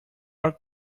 are